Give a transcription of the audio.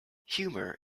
humour